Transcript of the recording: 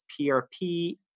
PRP